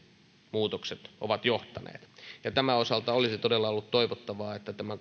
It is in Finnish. muutokset ovat johtaneet tämän osalta olisi todella ollut toivottavaa että tämä